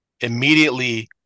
immediately